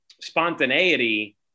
spontaneity